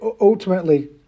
ultimately